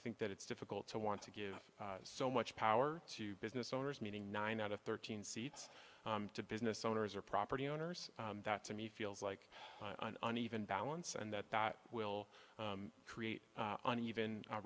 think that it's difficult to want to give so much power to business owners meeting nine out of thirteen seats to business owners or property owners that to me feels like an even balance and that that will create an even